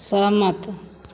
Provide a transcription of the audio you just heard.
सहमत